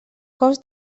cos